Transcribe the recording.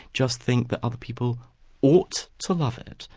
just think that other people ought to love it,